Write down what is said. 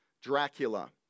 Dracula